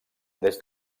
des